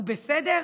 הוא בסדר?